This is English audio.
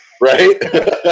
right